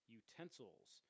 utensils